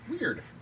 Weird